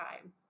time